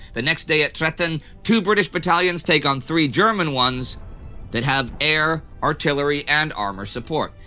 the next day at tretten, two british battalions take on three german ones that have air, artillery, and armor support.